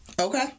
okay